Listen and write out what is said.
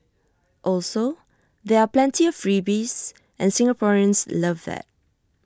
also there are plenty of freebies and Singaporeans love that